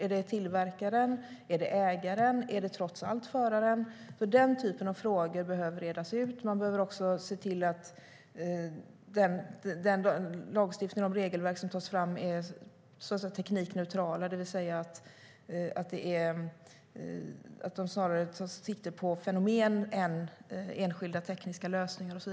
Är det tillverkaren, är det ägaren eller är det trots allt föraren? Den typen av frågor behöver redas ut. Man behöver också se till att den lagstiftning och de regelverk som tas fram är teknikneutrala, det vill säga att de tar sikte på fenomen snarare än på enskilda tekniska lösningar.